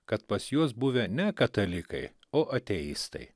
kad pas juos buvę ne katalikai o ateistai